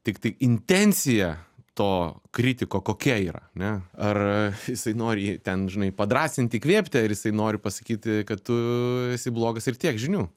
tik tai intencija to kritiko kokia yra ane ar jisai nori jį ten žinai padrąsint įkvėpti ar jisai nori pasakyti kad tu esi blogas ir tiek žinių